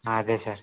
అదే సార్